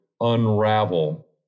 unravel